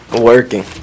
working